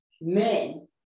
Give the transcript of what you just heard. men